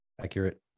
Accurate